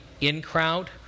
in-crowd